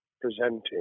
presenting